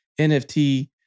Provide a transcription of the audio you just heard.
NFT